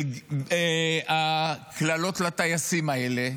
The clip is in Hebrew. של הקללות לטייסים האלה,